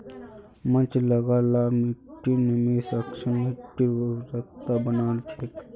mulch लगा ल मिट्टीर नमीर संरक्षण, मिट्टीर उर्वरता बनाल रह छेक